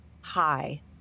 hi